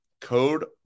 code